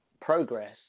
progress